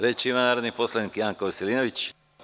Reč ima narodni poslanik Janko Veselinović.